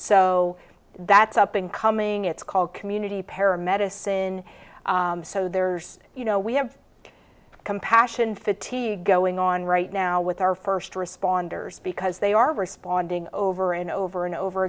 so that's up in coming it's called community para medicine so there's you know we have compassion fatigue going on right now with our first responders because they are responding over and over and over